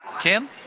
Kim